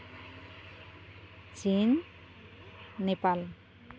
ᱪᱤᱱ ᱱᱮᱯᱟᱞ